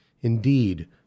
Indeed